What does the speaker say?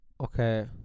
okay